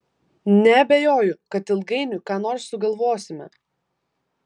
neabejoju kad ilgainiui ką nors sugalvosime